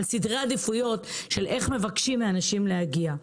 על סדרי עדיפויות של איך מבקשים מאנשים להגיע.